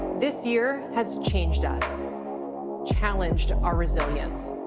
this year has changed us challenged our resilience.